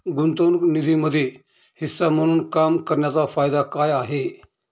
गुंतवणूक निधीमध्ये हिस्सा म्हणून काम करण्याच्या फायदा काय आहे?